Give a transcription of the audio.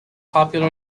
popular